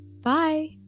Bye